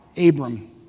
Abram